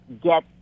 get